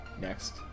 next